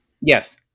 Yes